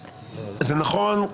נכון,